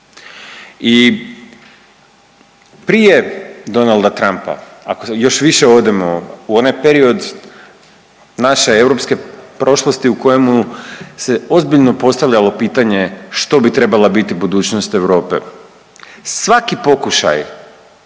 I prije Donalda Trumpa ako još više odemo u onaj period naše europske prošlosti u kojemu se ozbiljno postavljalo pitanje što bi trebala biti budućnost Europe, svaki pokušaj